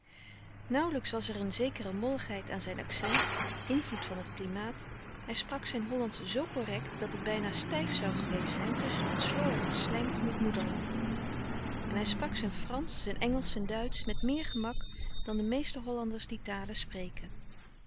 nauwlijks was er een zekere molligheid aan zijn accent invloed van het klimaat hij sprak zijn hollandsch zoo correct louis couperus de stille kracht dat het bijna stijf zoû geweest zijn tusschen het slordige slang van het moederland en hij sprak zijn fransch zijn engelsch zijn duitsch met meer gemak dan de meeste hollanders die talen spreken